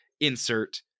insert